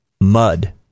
mud